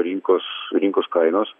rinkos rinkos kainos